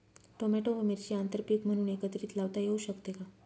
Tomato व मिरची आंतरपीक म्हणून एकत्रित लावता येऊ शकते का?